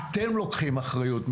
אתם לוקחים אחריות.